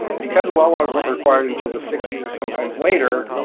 because well logs weren't required until the sixty s or sometimes later,